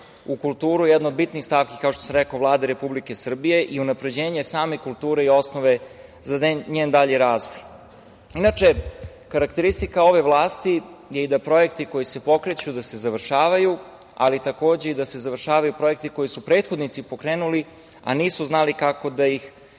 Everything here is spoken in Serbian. u kulturu jedna od bitnih stavki, kao što sam rekao, Vlade Republike Srbije i unapređenje same kulture i osnove za njen dalji razvoj. Inače, karakteristika ove vlasti je i da projekti koji se pokreću da se završavaju, ali takođe da se završavaju i projekti koji su prethodnici pokrenuli, ali nisu znali kako da ih